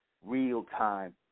real-time